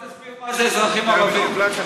רק תסביר מה זה אזרחים ערבים.